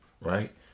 right